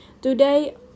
today